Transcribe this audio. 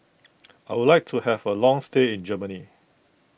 I would like to have a long stay in Germany